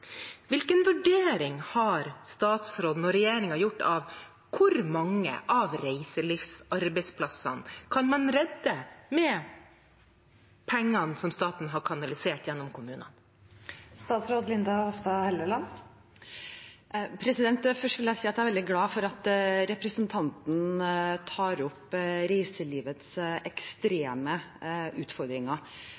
Hvilken vurdering har statsråden og regjeringen gjort av hvor mange av reiselivsarbeidsplassene man kan redde med pengene som staten har kanalisert gjennom kommunene? Først vil jeg si at jeg er veldig glad for at representanten tar opp reiselivets